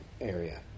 area